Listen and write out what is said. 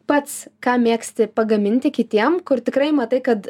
pats ką mėgsti pagaminti kitiem kur tikrai matai kad